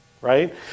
right